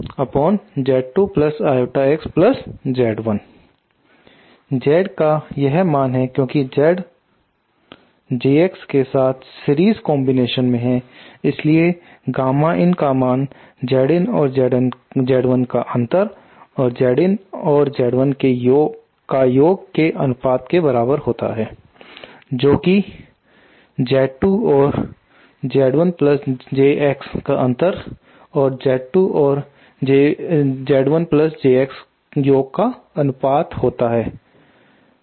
Z का यह मान है क्योंकि Z JX के साथ सीरीज कॉम्बिनेशन में है इसलिए गामा in का मान Zin और Z1 का अंतर और Zin और Z1 का योग के अनुपात के बराबर होता है जो कि Z2 और Z1jX का अंतर और Z2 और Z1jX योग का अनुपात होता है